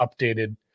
updated